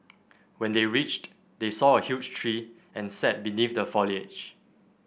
when they reached they saw a huge tree and sat beneath the foliage